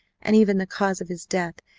and even the cause of his death,